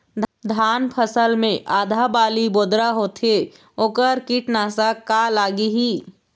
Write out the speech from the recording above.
धान फसल मे आधा बाली बोदरा होथे वोकर कीटनाशक का लागिही?